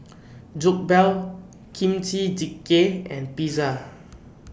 Jokbal Kimchi Jjigae and Pizza